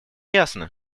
ясно